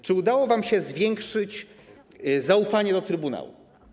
Czy udało wam się zwiększyć zaufanie do trybunału?